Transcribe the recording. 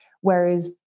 Whereas